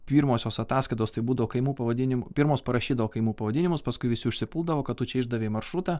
pirmosios ataskaitos tai būdavo kaimų pavadinimų pirmos parašydavo kaimų pavadinimus paskui visi užsipuldavo kad tu čia išdavei maršrutą